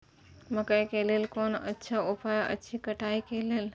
मकैय के लेल कोन अच्छा उपाय अछि कटाई के लेल?